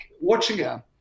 watching